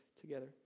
together